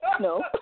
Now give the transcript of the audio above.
No